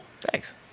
Thanks